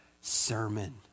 sermon